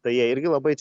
tai jie irgi labai